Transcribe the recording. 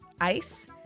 Ice